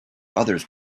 others